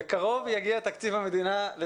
בקרוב יגיע תקציב המדינה,